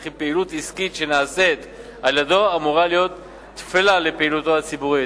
וכי פעילות עסקית שנעשית על-ידיו אמורה טפלה לפעילותו הציבורית.